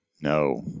No